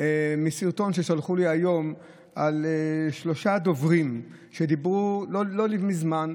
מסרטון ששלחו לי היום על שלושה דוברים שדיברו לא מזמן,